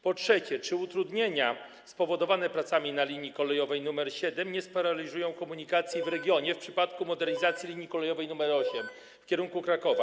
Po trzecie: Czy utrudnienia spowodowane pracami na linii kolejowej nr 7 nie sparaliżują komunikacji w regionie w przypadku modernizacji linii kolejowej nr 8 w kierunku Krakowa?